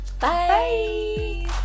Bye